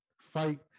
fight